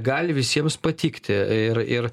gali visiems patikti ir ir